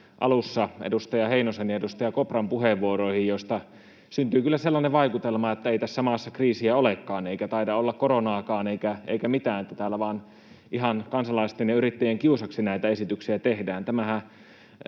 alussa edustaja Heinosen ja edustaja Kopran puheenvuoroihin, joista syntyi kyllä sellainen vaikutelma, että ei tässä maassa kriisiä olekaan, eikä taida olla koronaakaan eikä mitään, että täällä vain ihan kansalaisten ja yrittäjien kiusaksi näitä esityksiä tehdään.